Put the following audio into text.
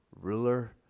ruler